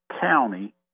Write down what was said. county